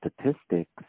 statistics